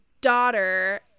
daughter